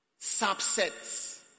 subsets